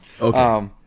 Okay